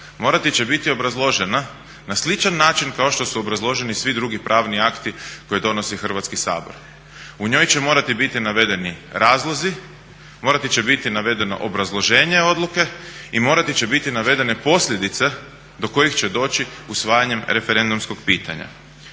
morati će biti obrazložena na sličan način kao što su obrazloženi svi drugi pravni akti koje donosi Hrvatski sabor. U njoj će morati biti navedeni razlozi, morati će biti navedeno obrazloženje odluke i morati će biti navedene posljedice do kojih će doći usvajanjem referendumskog pitanja.